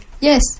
Yes